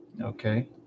Okay